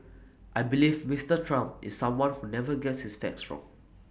I believe Mister Trump is someone who never gets his facts wrong